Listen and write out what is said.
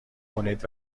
کنید